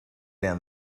down